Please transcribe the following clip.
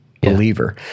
believer